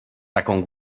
taką